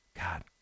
God